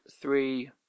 three